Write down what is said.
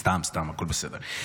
סתם, הכול בסדר.